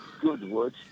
Goodwood